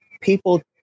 people